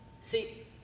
See